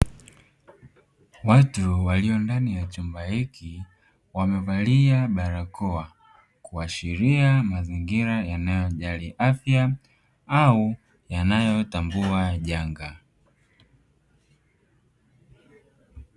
Watu walio ndani ya chumba hiki wamevalia barakoa kuashiria mazingira yanayojali afya au yanayotambua janga.